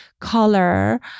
color